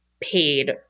paid